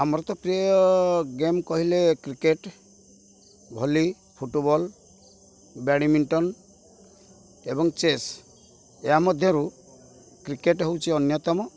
ଆମର ତ ପ୍ରିୟ ଗେମ୍ କହିଲେ କ୍ରିକେଟ ଭଲି ଫୁଟବଲ ବ୍ୟାଡ଼ମିଣ୍ଟନ ଏବଂ ଚେସ୍ ଏହା ମଧ୍ୟରୁ କ୍ରିକେଟ ହଉଛି ଅନ୍ୟତମ